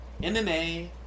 MMA